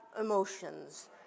emotions